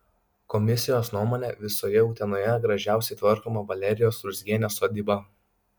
komisijos nuomone visoje utenoje gražiausiai tvarkoma valerijos ruzgienės sodyba